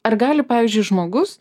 ar gali pavyzdžiui žmogus